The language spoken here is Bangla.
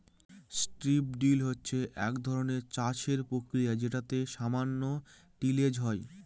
স্ট্রিপ ড্রিল হচ্ছে এক ধরনের চাষের প্রক্রিয়া যেটাতে সামান্য টিলেজ হয়